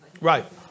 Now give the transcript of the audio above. Right